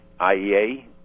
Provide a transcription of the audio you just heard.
IEA